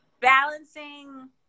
balancing